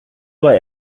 war